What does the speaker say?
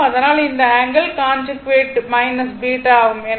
அதனால்தான் இந்த angle conjugate β ஆகும்